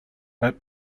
but